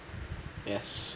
yes